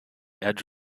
edge